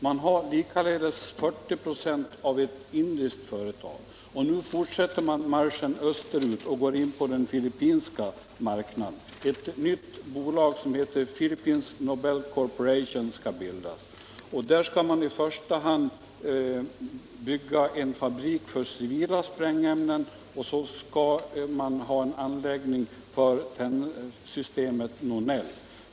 Man har likaledes 40 96 av aktierna i ett indiskt företag. Nu fortsätter man marschen österut och går in på den filippinska marknaden. Ett nytt bolag, som heter Phillippines Nobel Corporation, skall bildas. I första hand skall man där bygga en fabrik för civila sprängämnen, och så skall man ha en anläggning för tändsystemet Nonel.